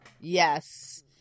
Yes